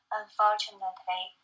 unfortunately